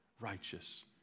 righteous